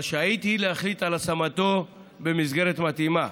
רשאית היא להחליט על השמתו במסגרת מתאימה.